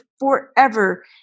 forever